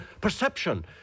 perception